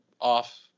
off